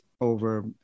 over